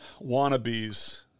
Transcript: wannabes